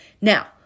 Now